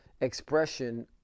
expression